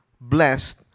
blessed